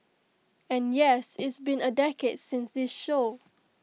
and yes it's been A decade since this show